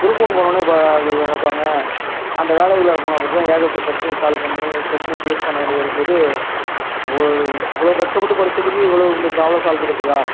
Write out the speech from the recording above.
group one போனவொடனே அடுத்தது நினைப்பாங்க அந்த வேலை உள்ளார போனதுக்கப்புறந்தான் ஏகப்பட்ட பிரச்சனையை சால்வ் பண்ணி பிரச்சனையை ஃபேஸ் பண்ணக்கூடி வரும் போது ஒரு இவ்வளோ கஷ்டப்பட்டு படித்ததுக்கு இவ்வளோ இந்த ப்ராப்ளம் சால்வ் பண்ணறத்துக்கா